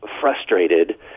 frustrated